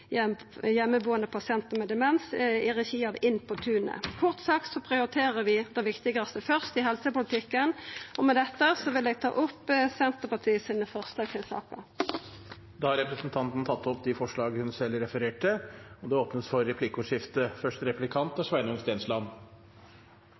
med demens, i regi av Inn på tunet. Kort sagt prioriterer vi det viktigaste først i helsepolitikken. Med dette vil eg ta opp Senterpartiet sine forslag i saka. Representanten Kjersti Toppe har tatt opp de forslagene hun refererte til. Det blir replikkordskifte. Det er